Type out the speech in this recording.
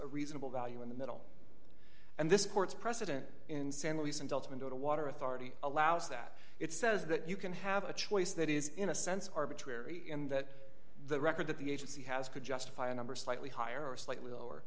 a reasonable value in the middle and this court's precedent in san luis and ultimately the water authority allows that it says that you can have a choice that is in a sense arbitrary in that the record that the agency has could justify a number slightly higher or slightly lower